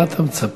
מה אתה מצפה?